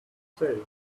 say